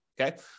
okay